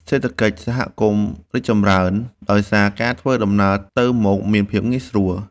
សេដ្ឋកិច្ចសហគមន៍រីកចម្រើន ដោយសារការធ្វើដំណើរទៅមកមានភាពងាយស្រួល។